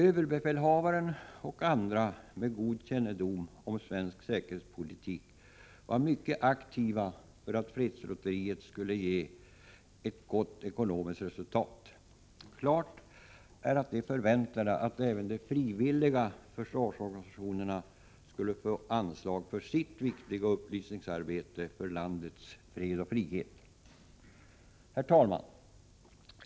Överbefälhavaren och andra med god kännedom om svensk säkerhetspolitik var mycket aktiva för att fredslotteriet skulle ge ett gott ekonomiskt resultat. Klart är att de förväntade att även de frivilliga försvarsorganisationerna skulle få anslag till sitt viktiga upplysningsarbete för landets fred och frihet. Herr talman!